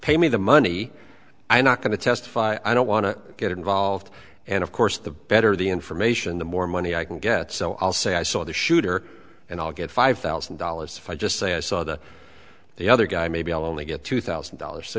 pay me the money i'm not going to testify i don't want to get involved and of course the better the information the more money i can get so i'll say i saw the shooter and i'll get five thousand dollars fine just say i saw the the other guy maybe i'll only get two thousand dollars so